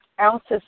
ounces